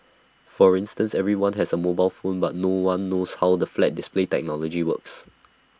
for instance everyone has A mobile phone but no one knows how the flat display technology works